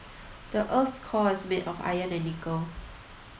the earth's core is made of iron and nickel